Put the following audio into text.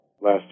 last